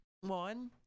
one